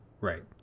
Right